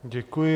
Děkuji.